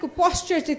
posture